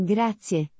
Grazie